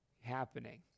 happening